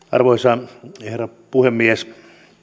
arvoisa herra puhemies